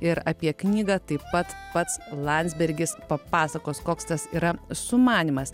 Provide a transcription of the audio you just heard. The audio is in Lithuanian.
ir apie knygą taip pat pats landsbergis papasakos koks tas yra sumanymas